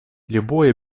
любое